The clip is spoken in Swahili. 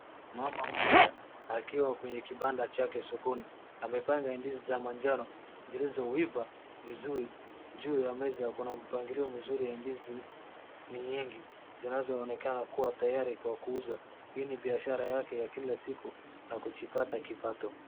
Mama mmoja akiwa kwenye kibanda chake sokoni amepanga ndizi za manjano zilizoiva vizuri. Juu ya meza kuna mpangilio mzuri ya ndizi ni nyingi zinazoonekana kuwa tayari kwa kuuza. Hii ni biashara yake ya kila siku ya kujipata kipato.